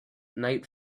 night